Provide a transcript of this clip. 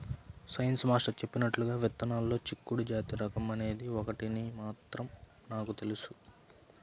science master చెప్పినట్లుగా విత్తనాల్లో చిక్కుడు జాతి రకం అనేది ఒకటని మాత్రం నాకు తెలుసు